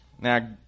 Now